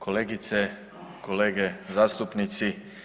Kolegice i kolege zastupnici.